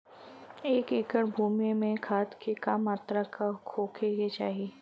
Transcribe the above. एक एकड़ भूमि में खाद के का मात्रा का होखे के चाही?